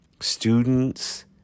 students